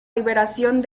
liberación